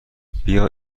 بیا